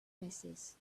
misses